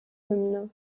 hymne